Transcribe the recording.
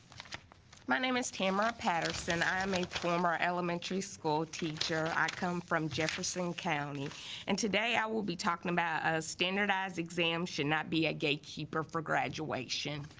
my name is tamra patterson i am a former elementary school teacher i come from jefferson county and today i will be talking about a standardized exam should not be a gatekeeper for graduation